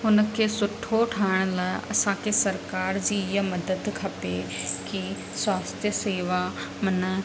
उन खे सुठो ठाहिण लाइ असांखे सरकार जी इहा मदद खपे की स्वास्थ्य शेवा